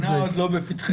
הסכנה עוד לא לפתחנו.